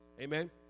Amen